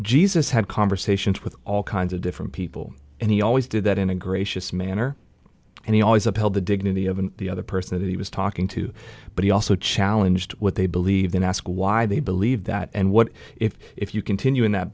jesus had conversations with all kinds of different people and he always did that in a gracious manner and he always upheld the dignity of the other person that he was talking to but he also challenged what they believed and asked why they believe that and what if if you continue in that